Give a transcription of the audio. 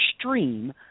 stream